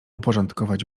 uporządkować